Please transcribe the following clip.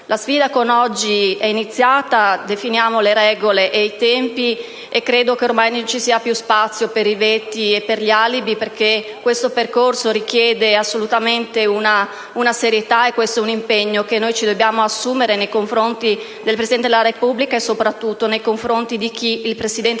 La sfida con oggi è iniziata; definiamo le regole e i tempi. Credo che ormai non ci sia più spazio per i veti e per gli alibi, perché questo percorso richiede un'assoluta serietà. È un impegno che dobbiamo assumerci nei confronti del Presidente della Repubblica e soprattutto nei confronti di chi il Presidente